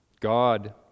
God